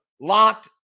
Locked